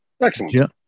Excellent